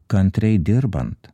kantriai dirbant